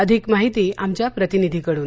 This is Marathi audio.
अधिक माहिती आमच्या प्रतिनिधीकडून